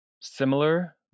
similar